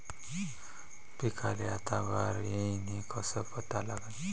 पिकाले आता बार येईन हे कसं पता लागन?